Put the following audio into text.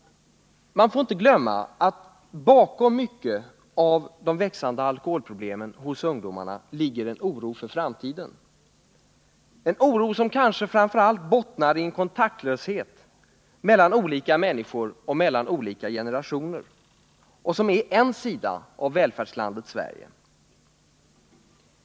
Vi får inte glömma att det bakom de växande alkoholproblemen hos ungdomarna i stor utsträckning ligger en oro för framtiden, en oro som kanske framför allt bottnar i den kontaktlöshet mellan olika människor och mellan olika generationer som är en sida av välfärdslandet Sverige.